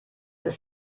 ist